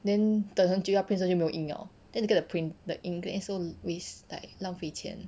then 等很久要 print 的时候就没有 ink liao then you get the print the ink then you so waste like 浪费钱